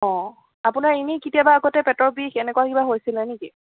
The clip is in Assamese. অঁ আপোনাৰ এনেই কেতিয়াবা আগতে পেটৰ বিষ এনেকুৱা কিবা হৈছিলে নেকি